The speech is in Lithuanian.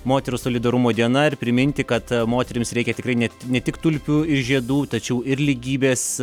moterų solidarumo diena ir priminti kad moterims reikia tikrai ne ne tik tulpių žiedų tačiau ir lygybės